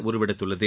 உருவெடுத்துள்ளது